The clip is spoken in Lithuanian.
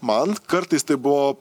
man kartais tai buvo